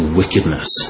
wickedness